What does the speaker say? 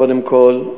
קודם כול,